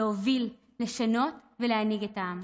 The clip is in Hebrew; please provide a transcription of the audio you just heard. להוביל, לשנות ולהנהיג את העם.